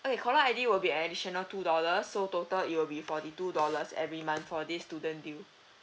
Okay caller I_D will be additional two dollars so total it will be forty two dollars every month for this student deal